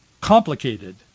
complicated